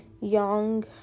young